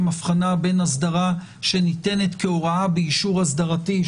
אבחנה בין אסדרה שניתנת כהוראה באישור אסדרתי,